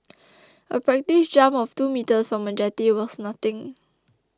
a practice jump of two metres from a jetty was nothing